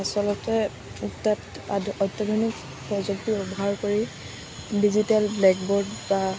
আচলতে অত্যাধুনিক প্ৰযুক্তিৰ ব্যৱহাৰ কৰি ডিজিটেল ব্লেকব'ৰ্ড বা